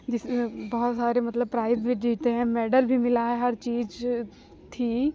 जिस बहुत सारे मतलब प्राइज भी जीते हैं मैडल भी मिला है हर चीज थी